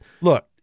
Look